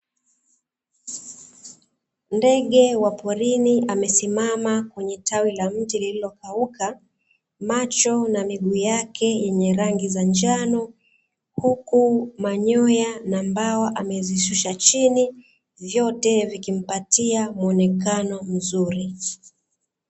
Ndege wa porini amesisima kwenye tawi la mti lililokauka macho na miguu yake yenye rangi za njano, huku manyoya na mbawa amezishusha chini vyote vikimpatia muonekano mzuri.